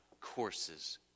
courses